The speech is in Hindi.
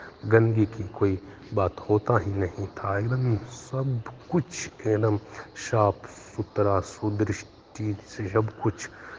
गन्दगी की कोई बात होता ही नहीं था एकदम सबकुछ एकदम साफ सुथरा सुदृष्ट चीज़ से सबकुछ